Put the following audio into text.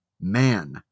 man